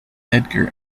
edgar